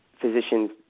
physicians